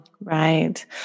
right